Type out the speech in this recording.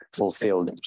fulfilled